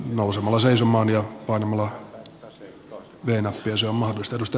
nousemalla seisomaan korkealuokkaista käy myös kaupaksi